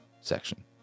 section